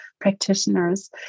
practitioners